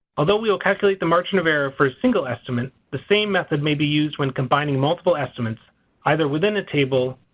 although we will calculate the margin of error for a single estimate, the same method may be used when combining multiple estimates either within the table,